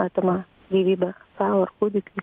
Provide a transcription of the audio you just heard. atima gyvybę sau ar kūdikiui